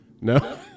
No